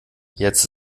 jetzt